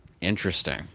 interesting